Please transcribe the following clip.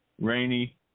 rainy